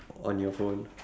on your phone